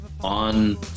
on